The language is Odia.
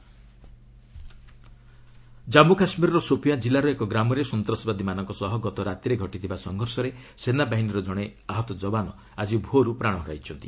ଜେକେ ଏନ୍କାଉଣ୍ଟର ଜନ୍ମୁ କାଶ୍ଳୀରର ସୋପିୟାଁ ଜିଲ୍ଲାର ଏକ ଗ୍ରାମରେ ସନ୍ତାସବାଦୀମାନଙ୍କ ସହ ଗତ ରାତିରେ ଘଟିଥିବା ସଂଘର୍ଷରେ ସେନାବାହିନୀର ଜଣେ ଆହତ ଯବାନ ଆଜି ଭୋର୍ରୁ ପ୍ରାଣ ହରାଇଛନ୍ତି